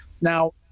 Now